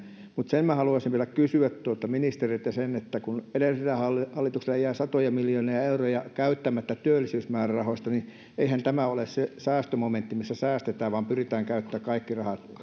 mutta haluaisin vielä kysyä ministeriltä kun edellisellä hallituksella jäi satoja miljoonia euroja käyttämättä työllisyysmäärärahoista niin eihän tämä ole se säästömomentti missä säästetään vaan pyritään käyttämään kaikki rahat että